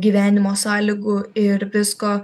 gyvenimo sąlygų ir visko